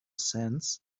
sands